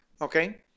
okay